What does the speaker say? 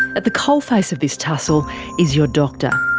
at the coal face of this tussle is your doctor,